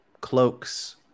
cloaks